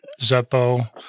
Zeppo